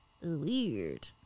weird